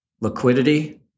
liquidity